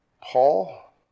Paul